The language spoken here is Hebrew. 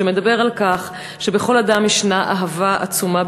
שמדבר על כך שבתוך כל אדם ישנה אהבה עצומה,